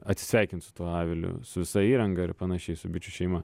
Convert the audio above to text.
atsisveikint su tuo aviliu su visa įranga ir panašiai su bičių šeima